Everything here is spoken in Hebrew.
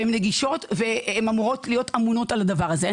והן נגישות והן אמורות להיות אמונות על הדבר הזה.